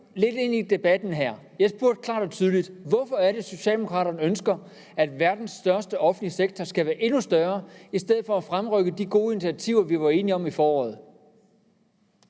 lidt ind i debatten her. Jeg spurgte klart og tydeligt om, hvorfor Socialdemokraterne ønsker, at verdens største offentlige sektor skal være endnu større. Det ønske udtrykker de i stedet for at fremrykke de gode initiativer, som vi var enige om at